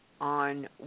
On